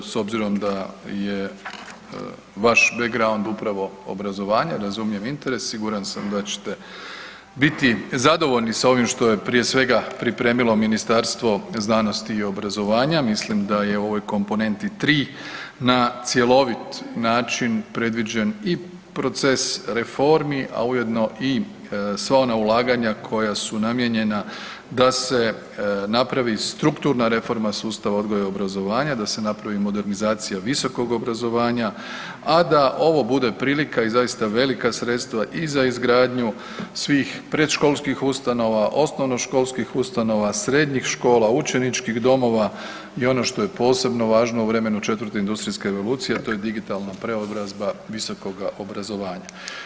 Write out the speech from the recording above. S obzirom da je vaš backround upravo obrazovanje, razumijem interes, siguran da ćete biti zadovoljni sa ovim što je prije svega pripremilo Ministarstvo znanosti i obrazovanja, mislim da je u ovoj komponenti tri na cjelovit način predviđen i proces reformi a ujedno i sva ona ulaganja koja su namijenjena da se napravi strukturna reforma sustava odgoja i obrazovanja, da se napravi modernizacija visokog obrazovanja a da ovo bude prilika i zaista velika sredstva i za izgradnju svih predškolskih ustanova, osnovnoškolskih ustanova, srednjih škola, učeničkih domova i ono što je posebno važno u vremenu IV. industrijske revolucije, a to je digitalna preobrazba visokoga obrazovanja.